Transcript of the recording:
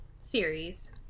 series